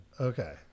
Okay